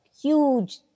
huge